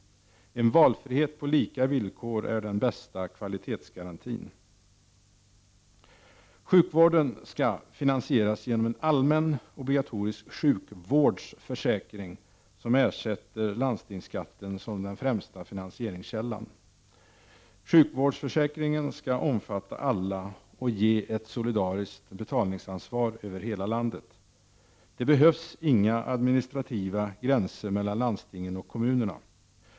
En valfrihet på lika villkor är den bästa kvalitetsgarantin. Sjukvården skall finansieras genom en allmän, obligatorisk sjukvårdsförsäkring, som ersätter landstingsskatten som den främsta finansieringskällan. Sjukvårdsförsäkringen skall omfatta alla och ge ett solidariskt betalningsansvar över hela landet. Det behövs inga administrativa gränser mellan landstingen och kommunerna.